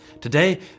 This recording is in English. Today